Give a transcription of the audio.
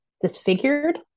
disfigured